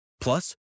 Plus